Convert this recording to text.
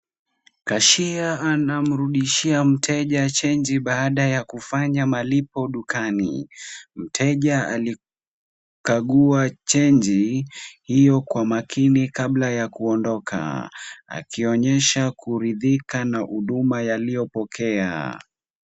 Cashier anamrudishia mteja change baada ya kufanya malipo dukani. Mteja alikagua change hiyo kwa makini kabla ya kuondoka, akionyesha kuridhika na huduma aliyopokea.